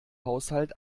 haushalt